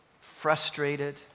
frustrated